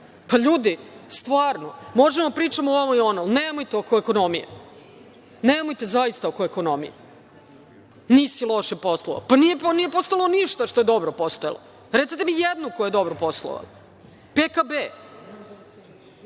Pa, ljudi, stvarno, možemo da pričamo ovo i ono, ali nemojte oko ekonomije. Nemojte, zaista oko ekonomije. NIS je loše poslovao. Pa, nije postojalo ništa što je dobro poslovalo. Recite mi jednog ko je dobro poslovao? PKB?